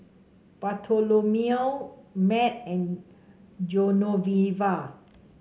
Bartholomew Matt and Genoveva